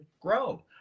grow